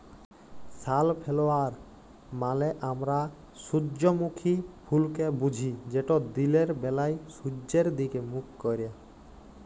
sunflower মালে আমরা সূজ্জমুখী ফুলকে বুঝি যেট দিলের ব্যালায় সূয্যের দিগে মুখ ক্যারে